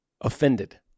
Offended